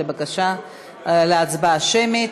הצבעה שמית.